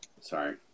Sorry